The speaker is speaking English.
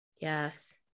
Yes